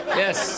yes